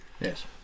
Yes